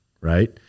right